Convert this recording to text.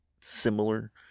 similar